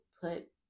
put